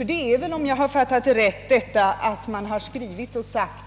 Ty det är väl, om jag fattat rätt, att riksdagen skrivit